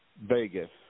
Vegas